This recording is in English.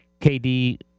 KD